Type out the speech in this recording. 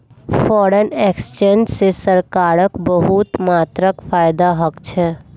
foreign exchange स सरकारक बहुत मात्रात फायदा ह छेक